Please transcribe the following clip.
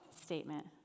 statement